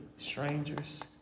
strangers